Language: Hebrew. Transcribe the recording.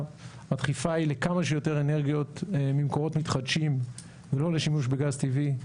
הדחיפה היא לכמה שיותר אנרגיות ממקורות מתחדשים ולא לשימוש בגז טבעי,